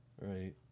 Right